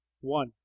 one